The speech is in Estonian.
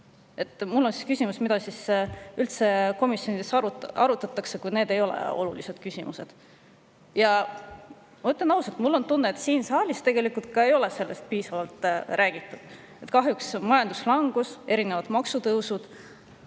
Mul on siis küsimus, mida siis üldse komisjonides arutatakse, kuid need ei ole olulised küsimused. Ja ma ütlen ausalt: mul on tunne, et siin saalis tegelikult ka ei ole sellest piisavalt räägitud, et kahjuks majanduslangus ja erinevad maksutõusud